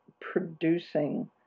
producing